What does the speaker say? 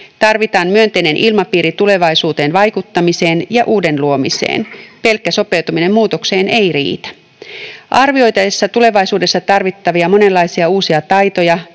Tarvitaan myönteinen ilmapiiri tulevaisuuteen vaikuttamiseen ja uuden luomiseen. Pelkkä sopeutuminen muutokseen ei riitä. Arvioitaessa tulevaisuudessa tarvittavia monenlaisia uusia taitoja